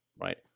right